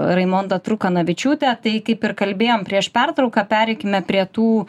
raimonda trukanavičiūte tai kaip ir kalbėjom prieš pertrauką pereikime prie tų